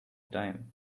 time